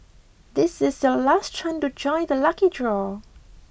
this is your last chance to join the lucky draw